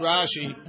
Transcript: Rashi